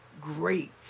great